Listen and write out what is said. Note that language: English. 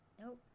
Nope